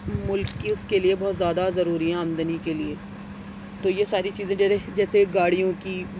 ملک کی اس کے لئے بہت زیادہ ضروری ہیں آمدنی کے لئے تو یہ ساری چیزیں جیسے گاڑیوں کی